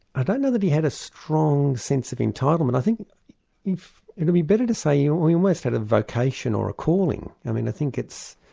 i don't know that he had a strong sense of entitlement, i think it be better to say you know he almost had a vocation or a calling. i mean i think it's